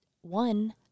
one